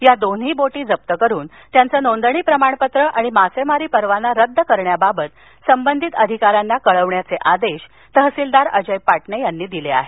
या दोन्ही बोटी जप्त करून त्यांचे नोंदणी प्रमाणपत्र आणि मासेमारी परवाना रद्द करण्याबाबत संबंधित अधिकाऱ्यांना कळविण्याचे आदेश तहसीलदार अजय पाटणे यांनी दिले आहेत